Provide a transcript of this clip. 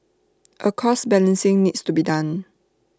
A cost balancing needs to be done